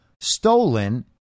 stolen